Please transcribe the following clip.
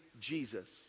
Jesus